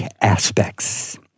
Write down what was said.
aspects